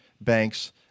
banks